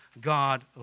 God